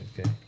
Okay